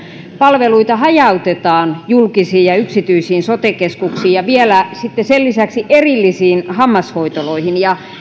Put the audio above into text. palveluita hajautetaan julkisiin ja yksityisiin sote keskuksiin ja vielä sitten sen lisäksi erillisiin hammashoitoloihin